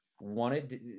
wanted –